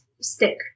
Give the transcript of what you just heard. stick